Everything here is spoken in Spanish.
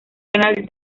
canal